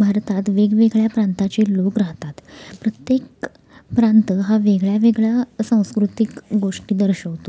भारतात वेगवेगळ्या प्रांताचे लोक राहतात प्रत्येक प्रांत हा वेगळ्या वेगळ्या सांस्कृतिक गोष्टी दर्शवतो